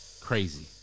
Crazy